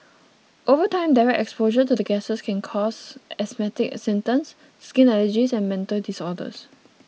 over time direct exposure to the gases can cause asthmatic symptoms skin allergies and mental disorders